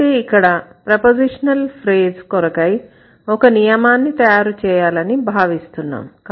అయితే ఇక్కడ మనం ప్రపోజిషనల్ ఫ్రేజ్ కొరకై ఒక నియమాన్ని తయారు చేయాలని భావిస్తున్నాం